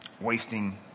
wasting